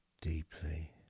deeply